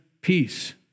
peace